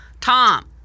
Tom